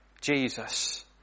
Jesus